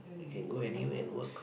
you can go anywhere and work